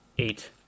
eight